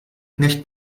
knecht